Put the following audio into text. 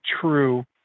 true